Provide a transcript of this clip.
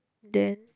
then